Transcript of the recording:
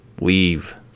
leave